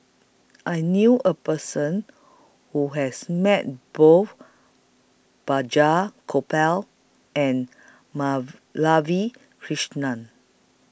I knew A Person Who has Met Both Balraj Gopal and Madhavi Krishnan